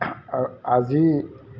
আৰু আজি